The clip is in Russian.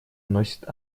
носит